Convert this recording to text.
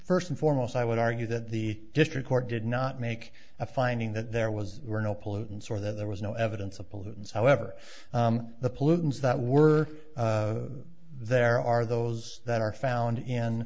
first and foremost i would argue that the district court did not make a finding that there was were no pollutants or that there was no evidence of pollutants however the pollutants that were there are those that are found in